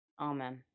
Amen